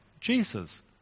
Jesus